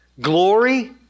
glory